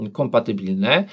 kompatybilne